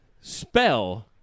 spell